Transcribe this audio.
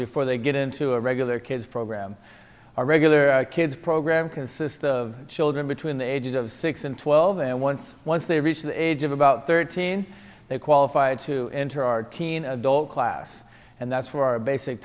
before they get into a regular kids program our regular kids program consist of children between the ages of six and twelve and once once they reach the age of about thirteen they qualify to enter our teen adult class and that's where our basic